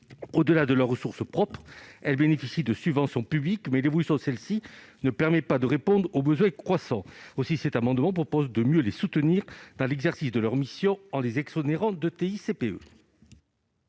Au-delà de leurs ressources propres, ces associations bénéficient de subventions publiques, mais l'évolution de ces dernières ne permet pas de répondre aux besoins croissants. Nous proposons donc, par cet amendement, de mieux les soutenir dans l'exercice de leurs missions en les exonérant de TICPE.